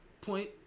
point